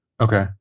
Okay